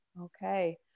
okay